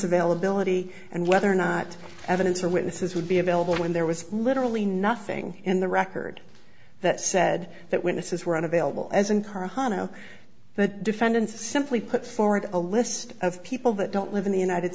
availability and whether or not evidence or witnesses would be available when there was literally nothing in the record that said that witnesses were unavailable as in car hano the defendants simply put forward a list of people that don't live in the united